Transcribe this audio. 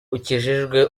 ukijijwe